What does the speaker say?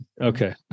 Okay